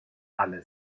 alle